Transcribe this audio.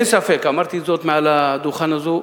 אין ספק, אמרתי את זאת מעל הדוכן הזה,